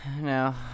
No